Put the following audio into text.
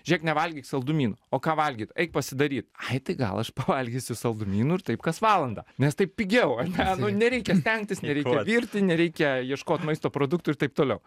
žiūrėk nevalgyk saldumynų o ką valgyt eik pasidaryt ai tai gal aš pavalgysiu saldumynų ir taip kas valandą nes taip pigiau ane nu nereikia stengtis nereikia virti nereikia ieškot maisto produktų ir taip toliau